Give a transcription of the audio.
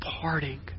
parting